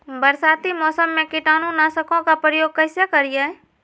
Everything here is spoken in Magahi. बरसाती मौसम में कीटाणु नाशक ओं का प्रयोग कैसे करिये?